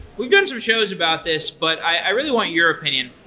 we've done some shows about this, but i really want your opinion.